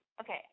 okay